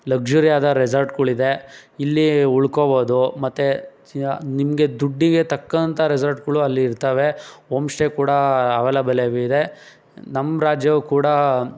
ಲೆಗ್ಜುರಿಯಾದ ರೆಸಾರ್ಟ್ಗುಳಿದೆ ಇಲ್ಲಿ ಉಳ್ಕೋಬೋದು ಮತ್ತು ಚ್ಯಾ ನಿಮಗೆ ದುಡ್ಡಿಗೆ ತಕ್ಕಂಥ ರೆಸಾರ್ಟ್ಗಳು ಅಲ್ಲಿ ಇರ್ತವೆ ಓಮ್ ಸ್ಟೇ ಕೂಡ ಅವೆಲಬಲೇಬ್ ಇದೆ ನಮ್ಮ ರಾಜ್ಯವೂ ಕೂಡ